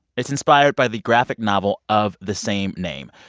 it's inspired by the graphic novel of the same name.